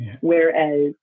Whereas